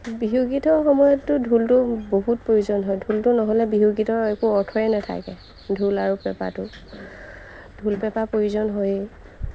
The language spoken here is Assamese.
বিহু গীতৰ সময়ততো ঢোলটো বহুত প্ৰয়োজন হয় ঢোলটো নহ'লে বিহু গীতৰ একো অৰ্থৱে নাথাকে ঢোল আৰু পেঁপাটো ঢোল পেঁপা প্ৰয়োজন হয়েই